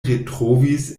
retrovis